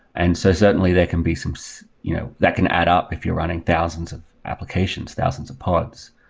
and so certainly, there can be some so you know that can add up if you're running thousands of applications, thousands of pods.